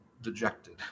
dejected